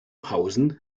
pausen